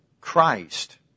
Christ